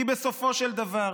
כי בסופו של דבר